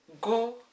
Go